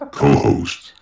co-host